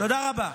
תודה רבה.